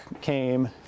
came